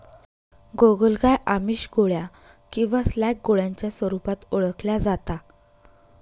गोगलगाय आमिष, गोळ्या किंवा स्लॅग गोळ्यांच्या स्वरूपात ओळखल्या जाता